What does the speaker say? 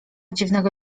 dziwnego